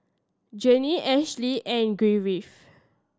Genie Ashli and Griffin